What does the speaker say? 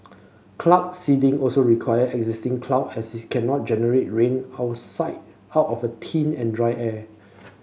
cloud seeding also require existing cloud as it cannot generate rain outside out of a thin and dry air